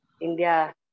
India